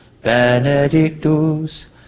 benedictus